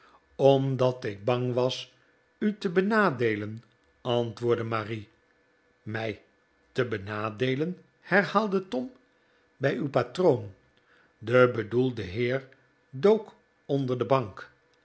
onidat ik bang was u te benadeelen antwoordde marie m mij te benadeelen herhaalde tom r bij uw patroon de bedoelde heer dook onder de bank